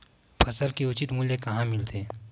फसल के उचित मूल्य कहां मिलथे?